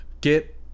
Get